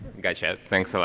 gotcha, thanks so